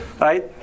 Right